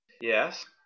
yes